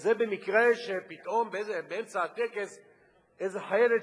זה במקרה שפתאום באמצע הטקס איזה חיילת שרה,